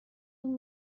اون